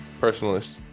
personalist